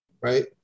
right